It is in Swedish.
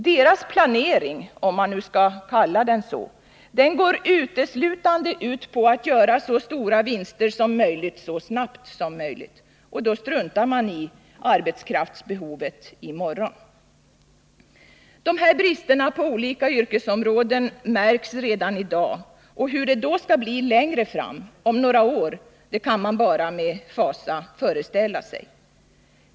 Deras planering, om man nu skall kalla den så, går uteslutande ut på att göra så stora vinster som möjligt så snabbt som möjligt. Och då struntar de i arbetskraftsbehovet i morgon. De här bristerna på olika yrkesområden märks redan i dag, och hur det då skall bli längre fram, om några år, kan man bara med fasa föreställa sig.